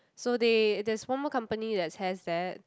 so they there's one more company that's has that